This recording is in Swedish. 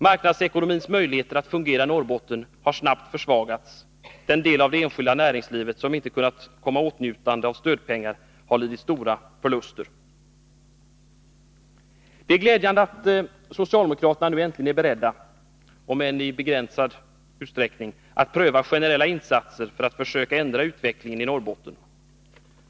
Marknadsekonomins möjligheter att fungera i Norrbotten har snabbt försvagats. Den del av det enskilda näringslivet som inte har kommit i åtnjutande av stödpengar har lidit stora förluster. Det är glädjande att socialdemokraterna äntligen är beredda att — om än i begränsad utsträckning — pröva generella insatser för att försöka ändra utvecklingen i Norrbotten.